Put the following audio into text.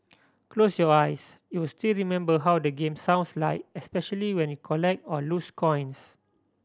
close your eyes you'll still remember how the game sounds like especially when you collect or lose coins